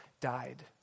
died